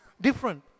different